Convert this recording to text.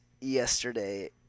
yesterday